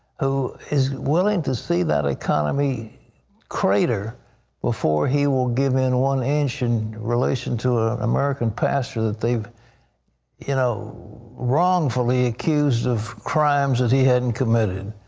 who is willing to see that economy crater before he will give in one inch in relation to an ah american pastor that they've you know wrongfully accused of crimes that he hasn't committed.